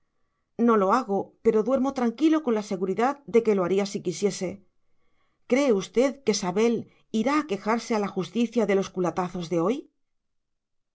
no lo hago pero duermo tranquilo con la seguridad de que lo haría si quisiese cree usted que sabel irá a quejarse a la justicia de los culatazos de hoy